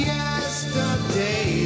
Yesterday